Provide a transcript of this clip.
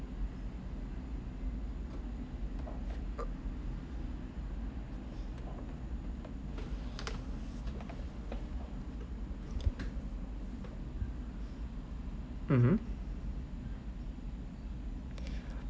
mmhmm